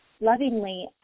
lovingly